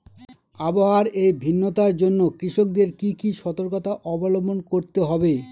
আবহাওয়ার এই ভিন্নতার জন্য কৃষকদের কি কি সর্তকতা অবলম্বন করতে হবে?